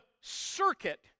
circuit